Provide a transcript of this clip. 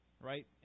Right